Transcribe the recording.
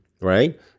right